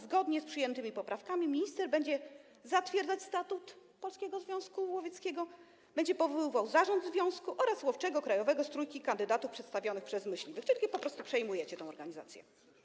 Zgodnie z przyjętymi poprawkami minister będzie zatwierdzał statut Polskiego Związku Łowieckiego, będzie powoływał zarząd związku oraz łowczego krajowego z trójki kandydatów przedstawionych przez myśliwych, czyli po prostu przejmujecie tę organizację.